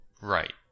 Right